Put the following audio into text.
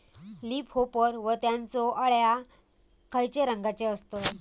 Leaf hopper व त्यानचो अळ्या खैचे रंगाचे असतत?